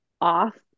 off